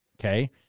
okay